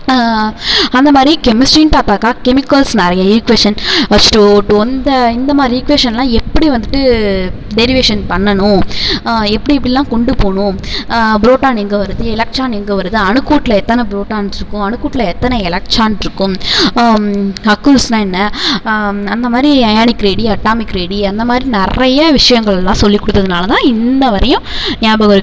அந்த மாதிரி கெமிஸ்ட்ரின்னு பார்த்தாக்கா கெமிக்கல்ஸ் நிறைய ஈக்குவேஷன்ஸ் இந்த இந்த மாதிரி ஈக்குவேஷன்லாம் எப்படி வந்துட்டு டெரிவேசன் பண்ணணும் எப்படி எப்படில்லாம் கொண்டு போகணும் புரோட்டான் எங்கே வருது எலக்ட்ரான் எங்கே வருது அணுக்கூட்டில் எத்தனை புரோட்டான்ஸ் இருக்கும் அணுக்கூட்டில் எத்தனை எலக்ட்ரான் இருக்கும் ஹக்கூஸ்னா என்ன அந்த மாதிரி அயானிக் ரேடி அட்டாமிக் ரேடி அந்த மாதிரி நிறைய விஷயங்கள்லாம் சொல்லிக் கொடுத்ததுனாலதான் இன்ன வரையும் நியாபகம் இருக்குது